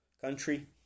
country